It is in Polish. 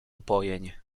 upojeń